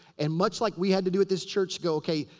and much like we had to do at this church. to go, okay,